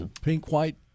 Pink-white